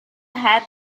head